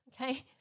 okay